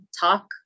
talk